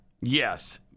Yes